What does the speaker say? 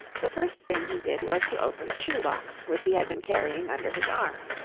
the first thing he did was to open a shoe box, which he had been carrying under his arm.